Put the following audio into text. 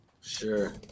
sure